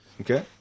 Okay